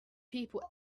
people